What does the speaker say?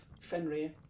Fenrir